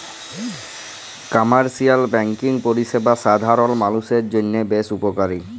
commercial banking পরিষেবা সাধারল মালুষের জন্হে বেশ উপকারী